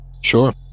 Sure